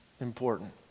important